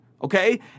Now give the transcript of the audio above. okay